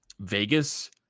Vegas